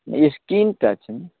skin टचमे